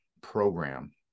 program